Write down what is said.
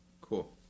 Cool